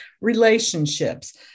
relationships